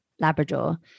labrador